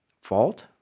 fault